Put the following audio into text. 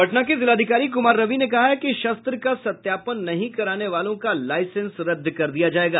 पटना के जिलाधिकारी कुमार रवि ने कहा है कि शस्त्र का सत्यापन नहीं कराने वालों का लाईसेंस रद्द कर दिया जायेगा